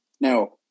Now